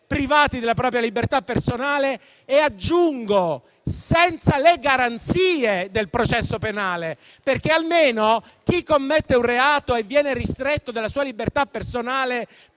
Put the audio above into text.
privati della propria libertà personale e - aggiungo - senza le garanzie del processo penale. Infatti, chi commette un reato e viene ristretto nella sua libertà personale